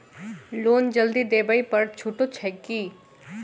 Loan जल्दी देबै पर छुटो छैक की?